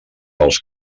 als